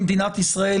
במדינת ישראל,